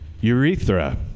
Urethra